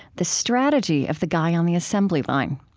the strategy of the guy on the assembly line.